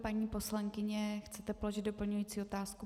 Paní poslankyně, chcete položit doplňující otázku?